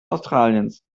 australiens